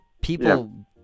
people